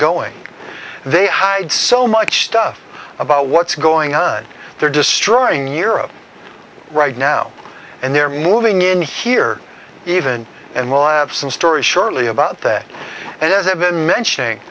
going they hide so much stuff about what's going on they're destroying europe right now and they're moving in here even and we'll have some story shortly about that and as i've been mentioning